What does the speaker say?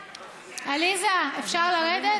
עליזה, אפשר לרדת?